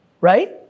right